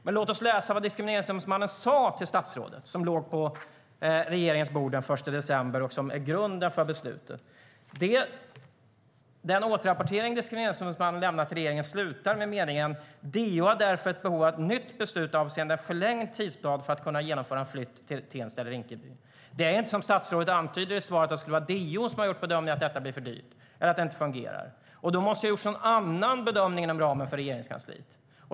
Men låt oss läsa vad Diskrimineringsombudsmannen sa till statsrådet, vilket låg på regeringens bord den 1 december och är grunden för beslutet. Den återrapportering som Diskrimineringsombudsmannen lämnade till regeringen slutar med meningen: "DO har därför behov av ett nytt beslut avseende förlängd tidplan för att kunna genomföra en flytt till Tensta eller Rinkeby." Det är inte, som statsrådet antyder i svaret, DO som har gjort bedömningen att det blir för dyrt eller inte fungerar. Det måste ha gjorts någon annan bedömning inom Regeringskansliet.